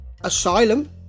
asylum